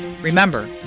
Remember